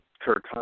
Kirk